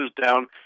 down